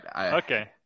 Okay